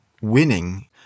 winning